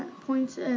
points